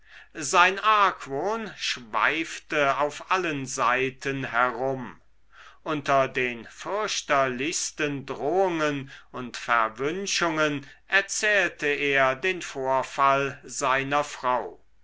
sein argwohn schweifte auf allen seiten herum unter den fürchterlichsten drohungen und verwünschungen erzählte er den vorfall seiner frau